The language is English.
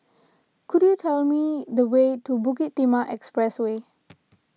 could you tell me the way to Bukit Timah Expressway